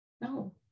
No